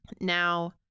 Now